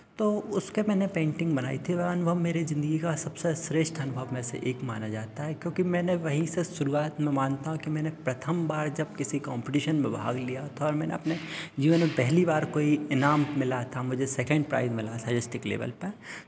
तो उसका मैंने पेंटिंग बनाई थी वो अनुभव मेरे ज़िंदगी का सबसे श्रेष्ठ अनुभव में से एक माना जाता है क्योंकि मैंने वहीं से शुरुआत में मानता हूँ कि मैंने प्रथम बार जब किसी कॉम्पिटीशन में भाग लिया था और मैंने अपने जीवन में पहली बार कोई ईनाम मिला था मुझे सेकंड प्राइज़ मिला था डिस्ट्रिक्ट लेवेल पे